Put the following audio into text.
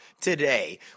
today